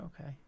Okay